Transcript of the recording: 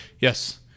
yes